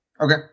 Okay